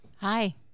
Hi